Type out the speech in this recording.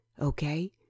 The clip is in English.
okay